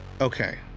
okay